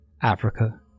Africa